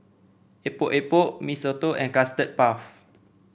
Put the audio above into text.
Epok Epok Mee Soto and Custard Puff